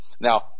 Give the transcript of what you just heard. Now